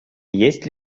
есть